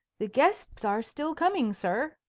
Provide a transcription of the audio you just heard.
the guests are still coming, sir,